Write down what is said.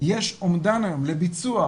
יש אומדן היום לביצוע,